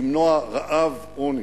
למנוע רעב, עוני.